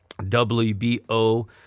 WBO